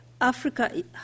Africa